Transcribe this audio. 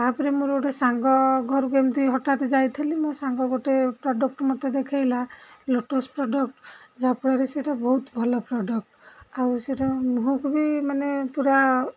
ତା'ପରେ ମୋର ଗୋଟେ ସାଙ୍ଗ ଘରକୁ ଏମିତି ହଠାତ୍ ଯାଇଥିଲି ମୋ ସାଙ୍ଗ ଗୋଟେ ପ୍ରଡ଼କ୍ଟ୍ ମୋତେ ଦେଖାଇଲା ଲୋଟସ୍ ପ୍ରଡ଼କ୍ଟ୍ ଯାହାଫଳରେ ସେଇଟା ବହୁତ ଭଲ ପ୍ରଡ଼କ୍ଟ୍ ଆଉ ସେଇଟା ମୁହଁକୁ ବି ମାନେ ପୁରା